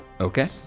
Okay